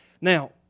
Now